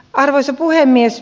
arvoisa puhemies